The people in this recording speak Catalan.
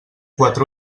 quatre